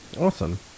Awesome